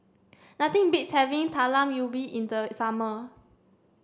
nothing beats having Talam Ubi in the summer